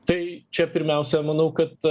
tai čia pirmiausia manau kad